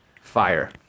fire